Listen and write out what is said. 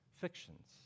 fictions